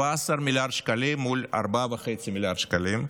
17 מיליארד שקלים מול 4.5 מיליארד שקלים.